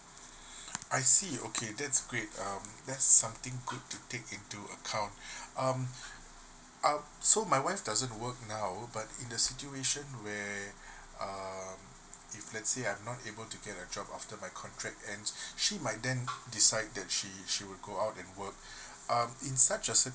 I see okay that's great um that's something good to take into acount um um so my wife doesn't work now but in the situation where um if let's say I am able to get a job after my contract end she might then decide that she she will go out and work um in such a circumstances